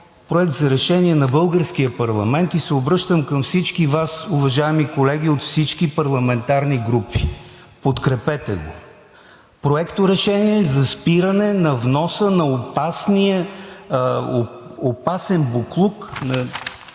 проект за решение на българския парламент и се обръщам към всички Вас, уважаеми колеги от всички парламентарни групи – подкрепете го. Проекторешение за спиране на вноса на опасен боклук,